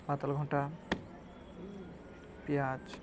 ପାତଲ୍ଘଣ୍ଟା ପିଆଜ୍